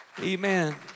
Amen